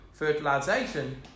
fertilization